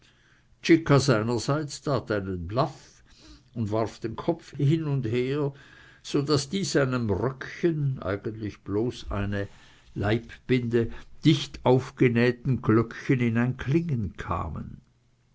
seinerseits tat einen blaff und warf den kopf hin und her so daß die seinem röckchen eigentlich bloß eine leibbinde dicht aufgenähten glöckchen in ein klingen kamen